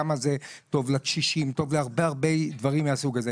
כמה זה טוב לקשישים ולדברים רבים מהסוג הזה.